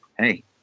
Hey